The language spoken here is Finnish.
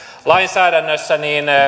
lainsäädännössä